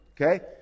okay